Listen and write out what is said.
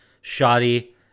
shoddy